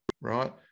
right